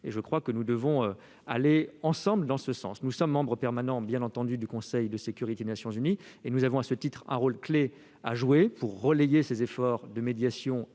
car je crois que nous devons aller ensemble dans ce sens. Nous sommes membres permanents du Conseil de sécurité des Nations Unies et nous avons, à ce titre, un rôle clé à jouer pour relayer les efforts de médiation